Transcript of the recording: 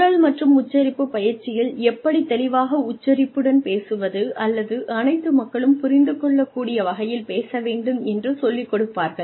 குரல் மற்றும் உச்சரிப்பு பயிற்சியில் எப்படி தெளிவாக உச்சரிப்புடன் பேசுவது அல்லது அனைத்து மக்களும் புரிந்து கொள்ளக்கூடிய வகையில் பேச வேண்டும் என்று சொல்லிக் கொடுப்பார்கள்